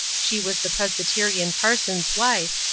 she was the presbyterian parson's wife,